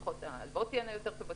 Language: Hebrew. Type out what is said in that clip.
שההלוואות תהיינה יותר טובות,